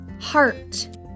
heart